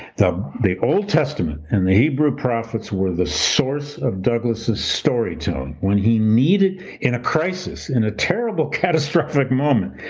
the the old testament and the hebrew prophets were the source of douglass' storytelling when he needed in a crisis, in a terrible catastrophic moment.